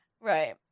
Right